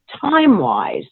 time-wise